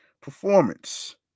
performance